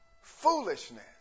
foolishness